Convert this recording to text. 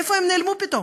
איפה הן נעלמו פתאום?